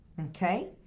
okay